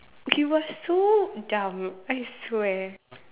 okay you were so dumb I swear